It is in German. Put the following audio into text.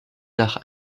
nach